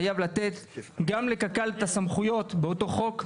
חייב לתת גם לקק"ל את הסמכויות באותו חוק,